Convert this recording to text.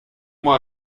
moi